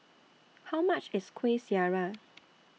How much IS Kuih Syara